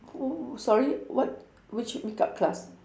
oh sorry what which makeup class